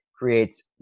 creates